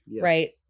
right